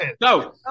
No